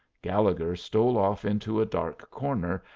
gallegher stole off into a dark corner,